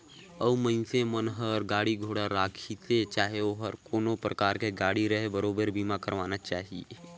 अउ मइनसे मन हर गाड़ी घोड़ा राखिसे चाहे ओहर कोनो परकार के गाड़ी रहें बरोबर बीमा करवाना चाही